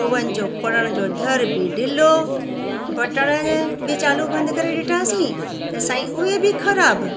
oven जो खोलण जो दर बि ढीलो बटन बि चालू बंदि करे ॾिठासीं त साईं उहे बि ख़राबु